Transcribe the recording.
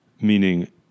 meaning